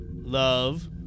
love